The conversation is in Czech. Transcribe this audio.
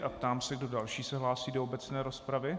Ptám se, kdo další se hlásí do obecné rozpravy.